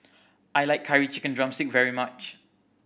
I like Curry Chicken drumstick very much